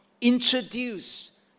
introduce